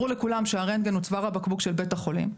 ברור לכולם שהרנטגן הוא צוואר הבקבוק של בית החולים.